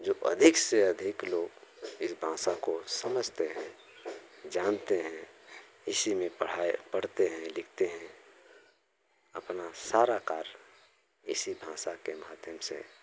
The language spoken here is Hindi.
जो अधिक से अधिक लोग इस भाषा को समझते हैं जानते हैं इसी में पढ़ा पढ़ते हैं लिखते हैं अपना सारा कार इसी भाषा के माध्यम से